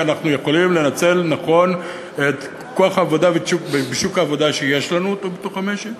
כי אנחנו יכולים לנצל נכון את כוח העבודה ואת שוק העבודה שיש לנו במשק,